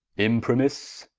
inprimis,